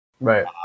Right